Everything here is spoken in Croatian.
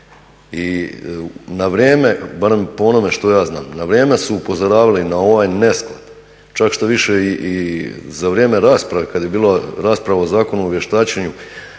I na vrijeme, barem po onome što ja znam, na vrijeme su upozoravali na ovaj nesklad. Čak štoviše i za vrijeme rasprave, kad je bila rasprava o Zakonu o vještačenju